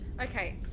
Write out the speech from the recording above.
Okay